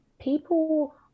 people